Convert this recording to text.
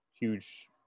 huge